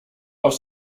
auf